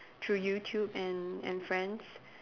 through YouTube and and friends